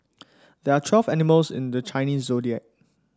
there are twelve animals in the Chinese Zodiac